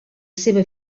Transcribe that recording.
seva